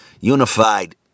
unified